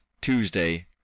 Tuesday